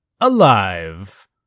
Alive